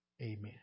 Amen